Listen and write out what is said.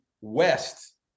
West